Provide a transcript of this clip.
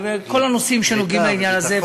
וכל הנושאים שנוגעים בעניין הזה,